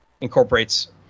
incorporates